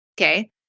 Okay